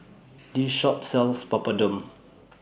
This Shop sells Papadum